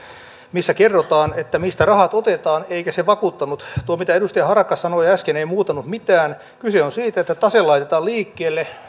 missä kerrotaan mistä rahat otetaan eikä se vakuuttanut tuo mitä edustaja harakka sanoi äsken ei muuttanut mitään kyse on siitä että tase laitetaan liikkeelle